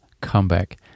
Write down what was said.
comeback